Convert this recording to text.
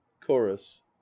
chorus